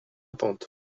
attentes